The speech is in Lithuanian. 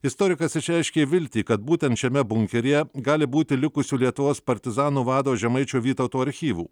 istorikas išreiškė viltį kad būtent šiame bunkeryje gali būti likusių lietuvos partizanų vado žemaičio vytauto archyvų